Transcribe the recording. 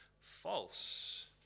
false